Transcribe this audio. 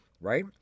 right